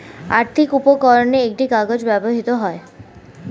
আর্থিক উপকরণে একটি কাগজ ব্যবহৃত হয়